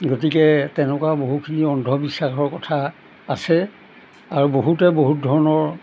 গতিকে তেনেকুৱা বহুখিনি অন্ধবিশ্বাসৰ কথা আছে আৰু বহুতে বহুত ধৰণৰ